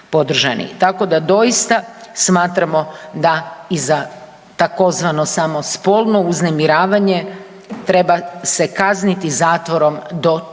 Tako da doista smatramo da i za tzv. samo spolno uznemiravanje treba se kazniti zatvorom do 3